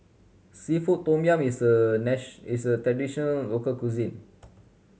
seafood tom yum is a is a traditional local cuisine